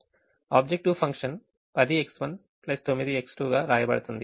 objective function 10X1 9X2 గా వ్రాయబడుతుంది